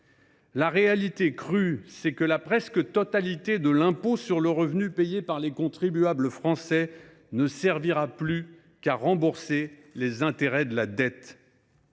La réalité crue, c’est que la quasi totalité de l’impôt sur le revenu payé par les contribuables français ne servira plus qu’à rembourser les intérêts de la dette.